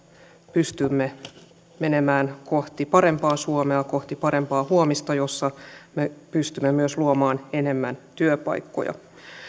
pystymme menemään kohti parempaa suomea kohti parempaa huomista jossa me pystymme myös luomaan enemmän työpaikkoja